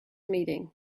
meeting